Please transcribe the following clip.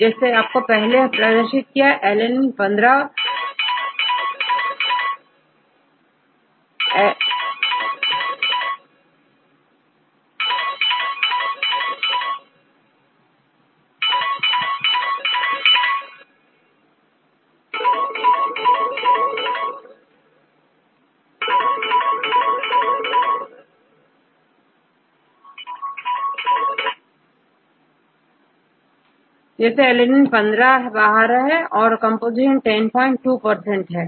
तो जैसे मैंने पहले प्रदर्शित किया की alanine 15 बाहर है कंपोजीशन102 है